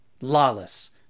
lawless